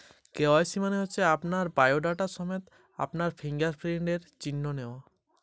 আমাকে বারবার কে.ওয়াই.সি সম্বন্ধে ব্যাংক থেকে এস.এম.এস করা হচ্ছে এই কে.ওয়াই.সি মানে কী?